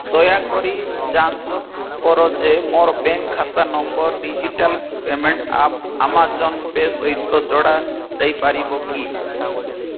ଦୟାକରି ଯାଞ୍ଚ କର ଯେ ମୋର ବ୍ୟାଙ୍କ୍ ଖାତା number digital payment app Amazon pay ସହିତ ଯୋଡ଼ା ଯାଇପାରିବ କି